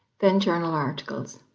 then journal articles.